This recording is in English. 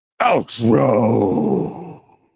Outro